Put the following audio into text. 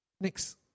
Next